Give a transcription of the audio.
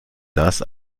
das